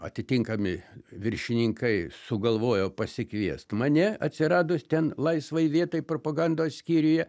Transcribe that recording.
atitinkami viršininkai sugalvojo pasikviest mane atsiradus ten laisvai vietai propagandos skyriuje